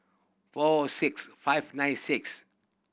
four six five nine six